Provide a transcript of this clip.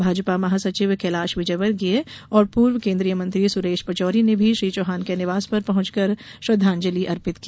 भाजपा महासचिव कैलाश विजयवर्गीय और पूर्व केन्द्रीय मंत्री सुरेश पचौरी ने भी श्री चौहान के निवास पर पहुंचकर श्रद्वांजलि अर्पित की